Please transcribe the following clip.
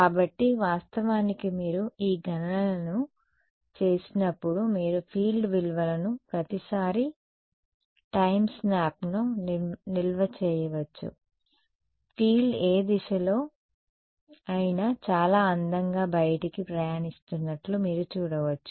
కాబట్టి వాస్తవానికి మీరు ఈ గణనలను చేసినప్పుడు మీరు ఫీల్డ్ విలువలను ప్రతిసారీ టైం స్నాప్ లో నిల్వ చేయవచ్చు ఫీల్డ్ ఏ దిశలో అయినా చాలా అందంగా బయటికి ప్రయాణిస్తున్నట్లు మీరు చూడవచ్చు